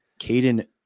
Caden